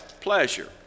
pleasure